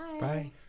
bye